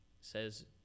Says